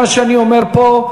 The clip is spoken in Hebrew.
מה שאני אומר פה,